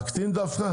להקטין דווקא?